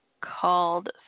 called